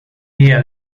día